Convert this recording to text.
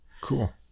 Cool